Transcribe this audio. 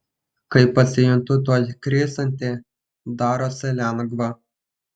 kai pasijuntu tuoj krisianti darosi lengva